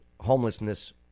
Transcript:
homelessness